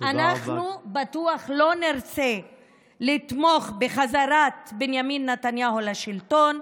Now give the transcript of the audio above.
אנחנו בטוח לא נרצה לתמוך בחזרת בנימין נתניהו לשלטון,